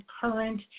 current